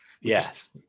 Yes